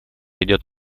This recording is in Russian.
идет